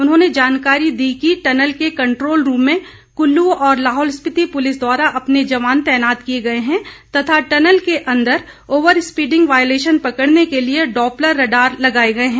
उन्होंने जानकारी दी कि टनल के कंट्रोल रूम में कुल्लू और लाहौल स्पीति पुलिस द्वारा अपने जवान तैनात किए गए हैं तथा टनल के अंदर ओवरस्पीडिंग वायलेशन पकड़ने के लिए डॉप्लर रडार लगाए गए हैं